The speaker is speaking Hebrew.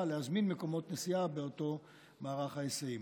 להזמין מקומות נסיעה באותו מערך ההיסעים.